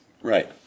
Right